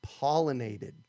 pollinated